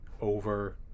over